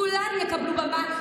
כולן יקבלו במה,